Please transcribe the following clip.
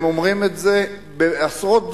הם אומרים את זה בעשרות דברים,